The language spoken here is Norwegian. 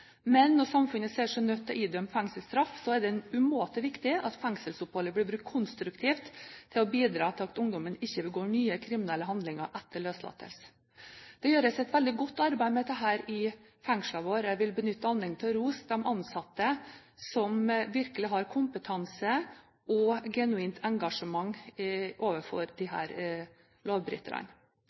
Men når samfunnet ser seg nødt til å idømme fengselsstraff, er det umåtelig viktig at fengselsoppholdet blir brukt konstruktivt til å bidra til at ungdommen ikke begår nye kriminelle handlinger etter løslatelse. Det gjøres et veldig godt arbeid med dette i fengslene våre. Jeg vil benytte anledningen til å rose de ansatte som virkelig har kompetanse og genuint engasjement overfor